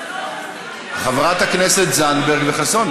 חברת הכנסת זנדברג וחסון,